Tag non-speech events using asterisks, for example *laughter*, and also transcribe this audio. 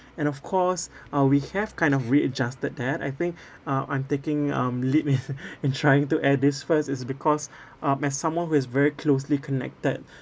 and of course *breath* uh we have kind of readjusted that I think *breath* uh I'm taking um leap in *laughs* in trying to add this first is because *breath* uh as someone who is very closely connected